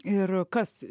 ir kas